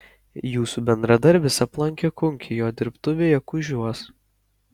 jūsų bendradarbis aplankė kunkį jo dirbtuvėje kužiuos